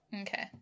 Okay